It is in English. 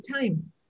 time